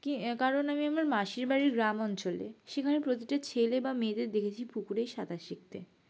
কি কারণ আমি আমার মাসির বাড়ির গ্রাম অঞ্চলে সেখানে প্রতিটা ছেলে বা মেয়েদের দেখেছি পুকুরেই সাঁতার শিখতে